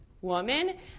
woman